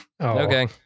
Okay